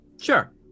Sure